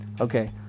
Okay